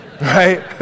right